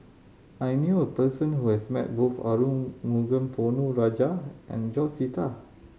I knew a person who has met both Arumugam Ponnu Rajah and George Sita